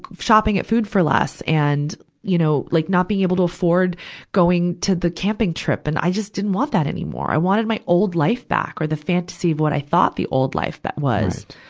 shopping at food for less and, you know, like not being able to afford going to the camping trip. and i just didn't want that anymore. i wanted my old life back, or the fantasy of what i thought the old life ba, was.